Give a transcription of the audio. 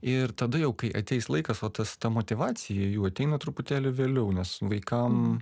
ir tada jau kai ateis laikas va tas ta motyvacija jų ateina truputėlį vėliau nes vaikam